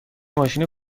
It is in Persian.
ماشین